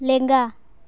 ᱞᱮᱸᱜᱟ